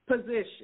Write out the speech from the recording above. position